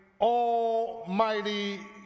Almighty